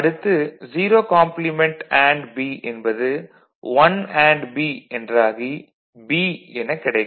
அடுத்து 0 complement and B என்பது 1 and B என்றாகி B எனக் கிடைக்கும்